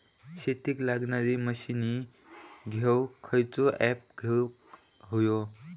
शेतीक लागणारे मशीनी घेवक खयचो ऍप घेवक होयो?